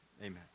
amen